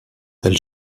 elle